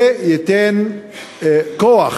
שייתן כוח